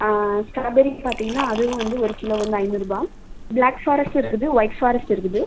strawberry பார்த்தீங்கனா அதுவும் வந்து ஒரு கிலோ வந்து ஐநூறுபா பிளாக் ஃபாரஸ்ட் இருக்குது ஒயிட் ஃபாரஸ்ட் இருக்குது